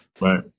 Right